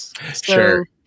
Sure